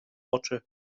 oczy